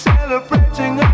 Celebrating